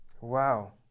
Wow